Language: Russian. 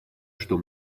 что